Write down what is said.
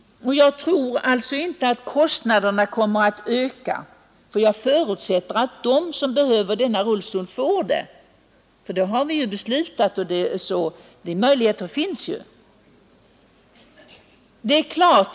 Jag tror inte att kostnaderna kommer att öka, för jag förutsätter att de som verkligen behöver en rullstol också får den — den möjligheten finns redan.